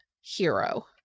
hero